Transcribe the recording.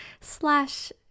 slash